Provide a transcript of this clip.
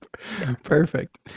perfect